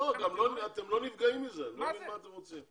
לא, אתם לא נפגעים מזה, אני לא מבין מה אתם רוצים.